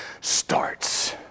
starts